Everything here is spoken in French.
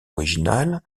originale